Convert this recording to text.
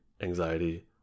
anxiety